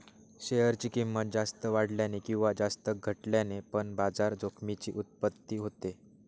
share ची किंमत जास्त वाढल्याने किंवा जास्त घटल्याने पण बाजार जोखमीची उत्पत्ती होते